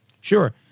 Sure